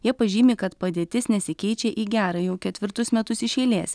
jie pažymi kad padėtis nesikeičia į gerą jau ketvirtus metus iš eilės